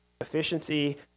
efficiency